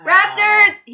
Raptors